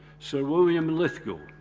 sir william lithgow,